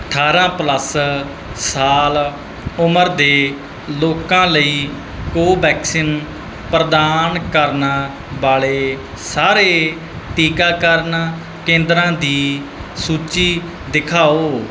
ਅਠਾਰਾਂ ਪਲੱਸ ਉਮਰ ਦੇ ਲੋਕਾਂ ਲਈ ਕੋਵੈਕਸਿਨ ਪ੍ਰਦਾਨ ਕਰਨ ਵਾਲੇ ਸਾਰੇ ਟੀਕਾਕਰਨ ਕੇਂਦਰਾ ਦੀ ਸੂਚੀ ਦਿਖਾਓ